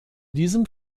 diesem